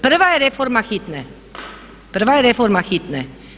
Prva je reforma hitne, prava je reforma hitne.